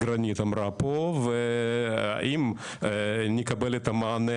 גרנית, אמרה פה, והאם נקבל את המענה